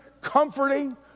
comforting